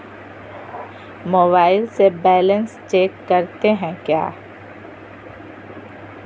Mobile से balance check करते हैं क्या?